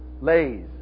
lays